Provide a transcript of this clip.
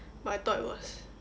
but I thought it was